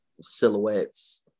silhouettes